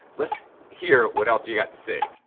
let's hear what else you got to say.